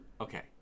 Okay